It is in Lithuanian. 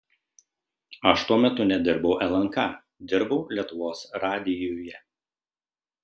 aš tuo metu nedirbau lnk dirbau lietuvos radijuje